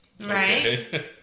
Right